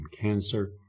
cancer